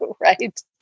Right